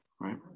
right